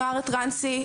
נוער טרנסי,